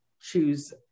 choose